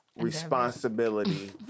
Responsibility